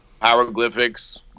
Hieroglyphics